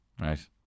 Right